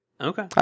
Okay